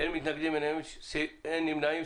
הצבעה אושר אין מתנגדים ואין נמנעים.